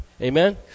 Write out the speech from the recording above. Amen